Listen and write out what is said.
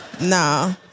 Nah